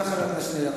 תודה, חבר הכנסת שנלר.